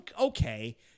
okay